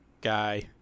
guy